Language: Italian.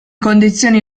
condizioni